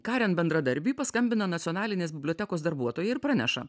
karen bendradarbiui paskambina nacionalinės bibliotekos darbuotoja ir praneša